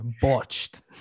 botched